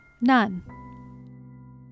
None